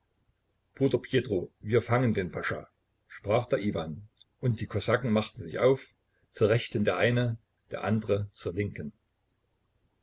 bruder pjetro wir fangen den pascha sprach da iwan und die kosaken machten sich auf zur rechten der eine der andre zur linken